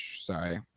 sorry